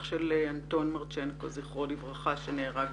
אח של אנטון מרצ'נקו זכרו לברכה שנהרג